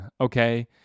okay